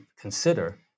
consider